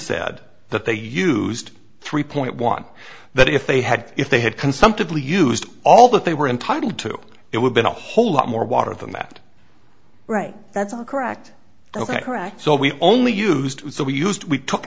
said that they used three point one that if they had if they had consumptive lee used all that they were entitled to it would be a whole lot more water than that right that's all correct ok so we only used so we used we took